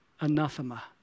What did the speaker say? anathema